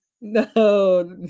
No